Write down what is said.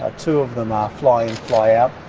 two of them are fly-in, fly-out.